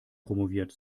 promoviert